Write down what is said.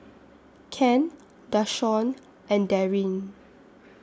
Ken Dashawn and Darryn